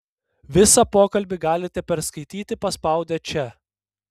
visą pokalbį galite perskaityti paspaudę čia